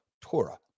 Torah